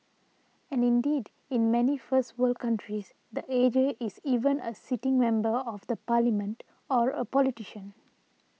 and indeed in many first world countries the A G is even a sitting member of the parliament or a politician